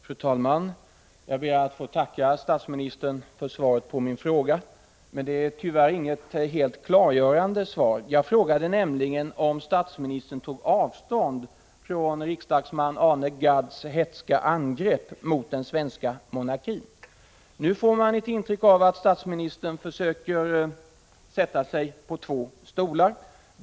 Fru talman! Jag ber att få tacka statsministern för svaret på min fråga. Det är tyvärr inget helt klargörande svar. Jag frågade nämligen om statsministern tog avstånd från riksdagsman Arne Gadds hätska angrepp mot den svenska monarkin. Nu får man ett intryck av att statsministern försöker sätta sig på två stolar.